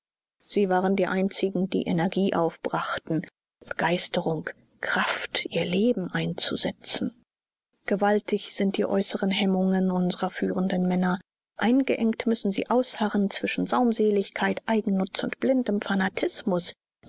sie waren die einzigen die energie aufbrachten begeisterung kraft ihr leben einzusetzen gewaltig sind die äußeren hemmungen unserer führenden männer eingeengt müssen sie ausharren zwischen saumseligkeit eigennutz und blindem fanatismus